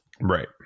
Right